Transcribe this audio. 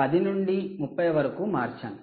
10 నుండి 30 వరకు మార్చాను